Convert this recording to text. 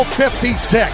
56